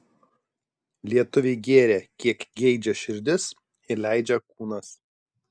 lietuviai gėrė kiek geidžia širdis ir leidžia kūnas